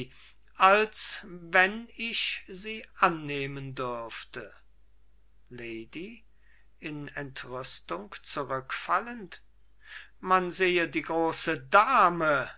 als wenn ich sie annehmen dürfte lady in entrüstung zurückfallend man sehe die große dame